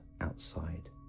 outside